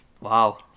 Wow